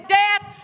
death